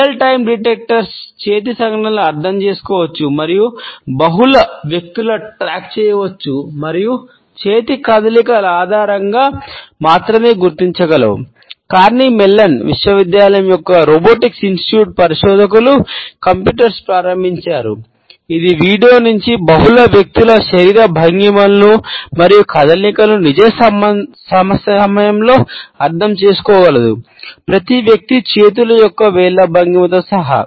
real time డిటెక్టర్లు నుండి బహుళ వ్యక్తుల శరీర భంగిమలను మరియు కదలికలను నిజ సమయంలో అర్థం చేసుకోగలదు ప్రతి వ్యక్తి చేతులు మరియు వేళ్ళ భంగిమతో సహా